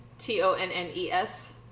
t-o-n-n-e-s